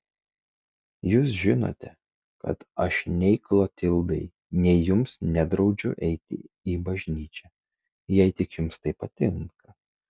jūs žinote kad aš nei klotildai nei jums nedraudžiu eiti į bažnyčią jei tik jums tai patinka